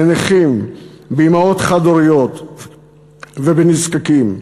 בנכים, באימהות חד-הוריות ובנזקקים,